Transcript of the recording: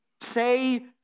Say